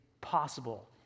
possible